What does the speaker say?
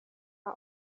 are